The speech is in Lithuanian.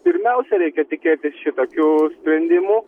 pirmiausia reikia tikėtis šitokių sprendimų